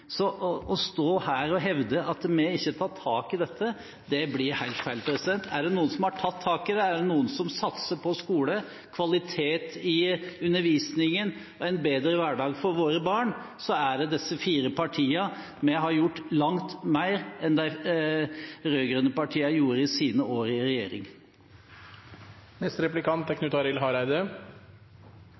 Så å stå her og hevde at vi ikke tar tak i dette, blir helt feil. Er det noen som har tatt tak i dette – er det noen som satser på skole, kvalitet i undervisningen og en bedre hverdag for våre barn – er det disse fire partiene. Vi har gjort langt mer enn de rød-grønne partiene gjorde i sine år i regjering. Eg er